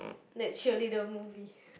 that cheerleader movie